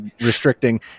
restricting